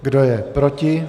Kdo je proti?